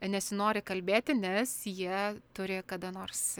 nesinori kalbėti nes jie turi kada nors